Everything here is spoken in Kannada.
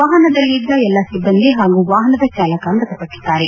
ವಾಹನದಲ್ಲಿದ್ದ ಎಲ್ಲಾ ಸಿಬ್ಬಂದಿ ಹಾಗೂ ವಾಹನದ ಚಾಲಕ ಮೃತಪಟ್ಟದ್ದಾರೆ